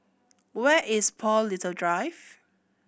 where is Paul Little Drive